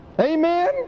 Amen